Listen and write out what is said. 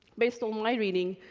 based on my reading,